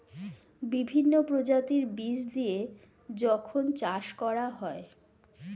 বিভিন্ন প্রজাতির বীজ দিয়ে যখন চাষ করা হয়